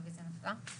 הרוויזיה נפלה.